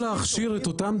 תיטיב עם הממשלה.